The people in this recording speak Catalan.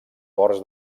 ports